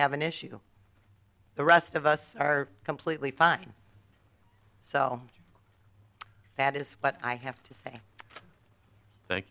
have an issue the rest of us are completely fine so that is what i have to say